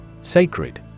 Sacred